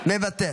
מוותר.